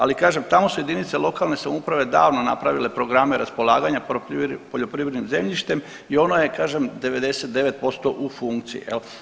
Ali kažem tamo su jedinice lokalne samouprave davno napravile programe raspolaganja poljoprivrednim zemljištem i ono je kažem 99% u funkciji jel.